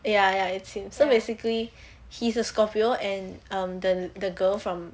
ya ya it seems so basically he's a scorpio and um the the girl from